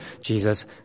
Jesus